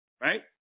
Right